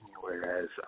whereas